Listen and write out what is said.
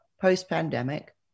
post-pandemic